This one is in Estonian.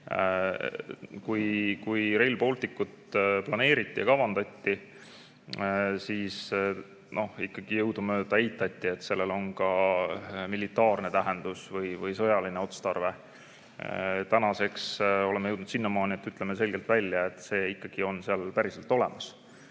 Kui Rail Balticut planeeriti ja kavandati, siis jõudumööda eitati, et sellel on ka militaarne tähendus või sõjaline otstarve. Tänaseks oleme jõudnud sinnamaani, ütleme selgelt välja, et see ikkagi on seal päriselt olemas.